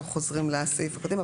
אנחנו חוזרים לסעיף הקודם,